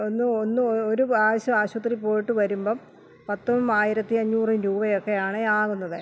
ഒന്നു ഒന്നു ഒരു പ്രാവശ്യം ആശുത്രിയിൽ പോയിട്ട് വരുമ്പം പത്തും ആയിരത്തി അഞ്ഞൂറും രൂപയൊക്കെയാണെ ആകുന്നത്